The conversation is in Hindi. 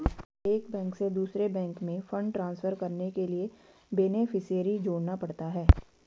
एक बैंक से दूसरे बैंक में फण्ड ट्रांसफर करने के लिए बेनेफिसियरी जोड़ना पड़ता है